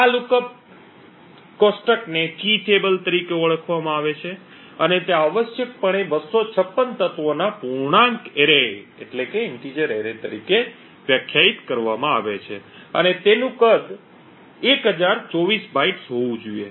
આ લુકઅપ કોષ્ટકને T table તરીકે ઓળખવામાં આવે છે અને તે આવશ્યકપણે 256 તત્વોના પૂર્ણાંક એરે તરીકે વ્યાખ્યાયિત કરવામાં આવે છે અને તેનું કદ 1024 બાઇટ્સ હોવું જોઈએ